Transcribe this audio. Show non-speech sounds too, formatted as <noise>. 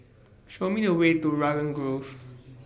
<noise> Show Me The Way to Raglan Grove